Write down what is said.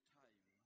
time